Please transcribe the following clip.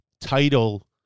title